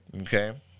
Okay